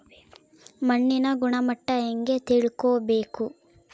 ಮಣ್ಣಿನ ಗುಣಮಟ್ಟ ಹೆಂಗೆ ತಿಳ್ಕೊಬೇಕು?